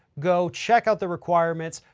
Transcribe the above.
go check out the requirements,